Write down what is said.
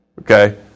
Okay